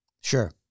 Sure